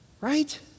right